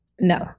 No